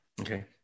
Okay